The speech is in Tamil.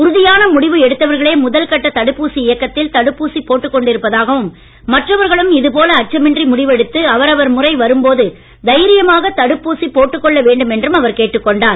உறுதியான முடிவு எடுத்தவர்களே முதல் கட்ட தடுப்பூசி இயக்கத்தில் தடுப்பூசி போட்டுக் கொண்டிருப்பதாகவும் மற்றவர்களும் இதுபோல அச்சமின்றி முடிவெடுத்து அவரவர் முறை வரும் போது தைரியமாக தடுப்பூசி போட்டுக் கொள்ள வேண்டும் என்றும் அவர் கேட்டுக் கொண்டார்